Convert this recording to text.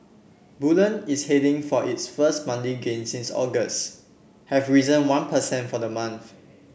bullion is heading for its first monthly gain since August having risen one per cent for the month